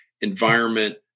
environment